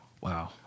Wow